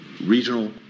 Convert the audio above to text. Regional